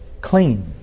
Clean